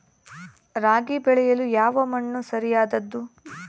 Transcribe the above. ರಾಗಿ ಬೆಳೆಯಲು ಯಾವ ಮಣ್ಣು ಸರಿಯಾದದ್ದು?